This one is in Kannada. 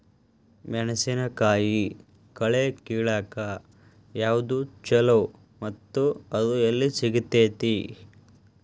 ಮೆಣಸಿನಕಾಯಿ ಕಳೆ ಕಿಳಾಕ್ ಯಾವ್ದು ಛಲೋ ಮತ್ತು ಅದು ಎಲ್ಲಿ ಸಿಗತೇತಿ?